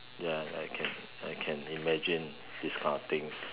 ya I can I can imagine this kind of things